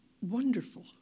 wonderful